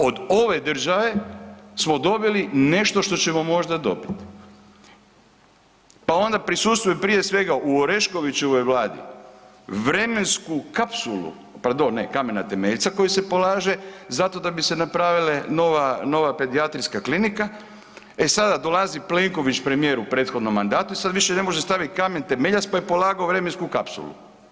Od ove države smo dobili nešto što ćemo možda dobit, pa onda prisustvo i prije svega u Oreškovićevoj Vladi vremensku kapsulu, pardon ne, kamena temeljca koji se polaže zato da bi se napravile nova pedijatrijska klinika, e sada dolazi Plenković premijer u prethodnom mandatu, sad više ne može stavit kamen temeljac pa je polagao vremensku kapsulu.